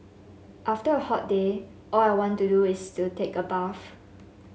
after a hot day all I want to do is to take a bath